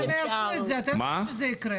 אבל הם יעשו את זה, אתה יודע שזה יקרה.